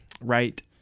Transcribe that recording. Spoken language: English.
right